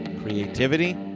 Creativity